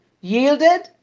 yielded